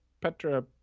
Petra